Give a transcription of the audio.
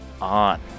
on